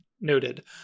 noted